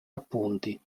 appunti